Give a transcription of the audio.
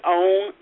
own